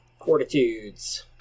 Fortitudes